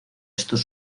estos